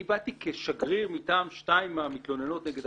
אני באתי כשגריר מטעם שתיים מהמתלוננות נגד